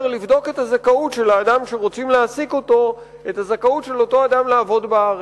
לבדוק את הזכאות של האדם שרוצים להעסיק אותו לעבוד בארץ.